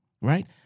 right